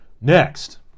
Next